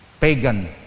Pagan